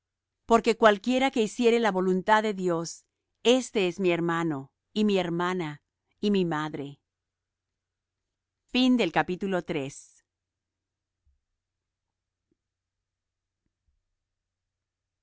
porque cualquiera que hiciere la voluntad de dios éste es mi hermano y mi hermana y mi madre y